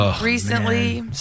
recently